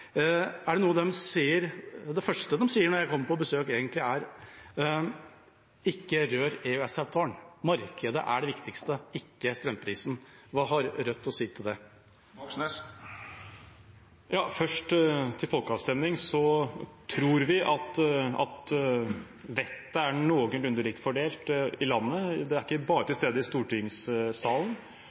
Det første de sier når jeg kommer på besøk, er: Ikke rør EØS-avtalen, markedet er det viktigste, ikke strømprisen. Hva har Rødt å si til det? Først til folkeavstemning: Vi tror at vettet er noenlunde likt fordelt i landet, det er ikke bare til stede i stortingssalen.